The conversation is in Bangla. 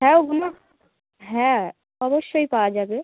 হ্যাঁ ওগুলো হ্যাঁ অবশ্যই পাওয়া যাবে